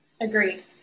Agreed